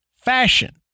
fashion